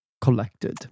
collected